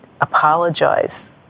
apologize